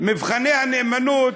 מבחני הנאמנות,